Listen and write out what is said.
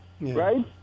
Right